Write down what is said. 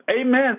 Amen